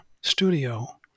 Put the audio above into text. studio